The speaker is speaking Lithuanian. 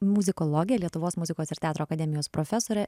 muzikologė lietuvos muzikos ir teatro akademijos profesorė